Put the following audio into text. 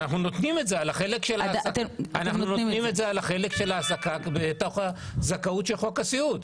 אנחנו נותנים את זה על החלק של העסקה בתוך הזכאות של חוק הסיעוד.